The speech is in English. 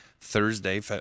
Thursday